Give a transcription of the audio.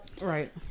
Right